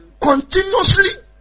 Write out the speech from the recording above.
continuously